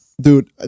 dude